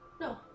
No